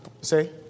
say